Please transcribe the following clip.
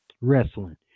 wrestling